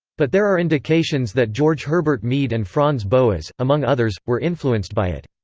but there are indications that george herbert mead and franz boas, among others, were influenced by it.